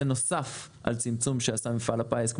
נוסף על צמצום שעשה מפעל הפיס של 80 נקודות,